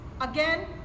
Again